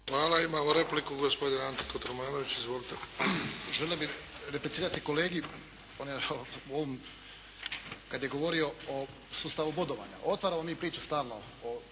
Hvala. Imamo repliku gospodin Ante Kotromanović. **Kotromanović, Ante (SDP)** Želio bi replicirati kolegi u ovom kad je govorio o sustavu bodovanja. Otvaramo mi priču stalno o